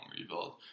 rebuild